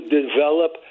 develop